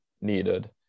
needed